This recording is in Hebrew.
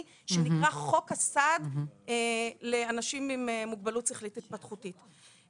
שנקרא חוק הסעד לאנשים עם מוגבלות שכלית התפתחותית.